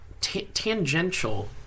Tangential